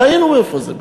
ראינו מאיפה זה בא.